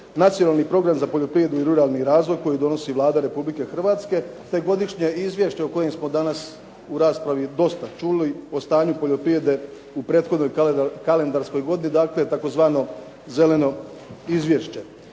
Nacionalni program za poljoprivredu i ruralni razvoj koji donosi Vlada RH te Godišnje izvješće o kojem smo danas u raspravi dosta čuli, o stanju poljoprivrede u prethodnoj kalendarskoj godini. Dakle, tzv. Zeleno izvješće.